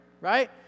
right